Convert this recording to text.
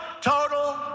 total